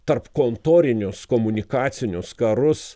tarpkontorinius komunikacinius karus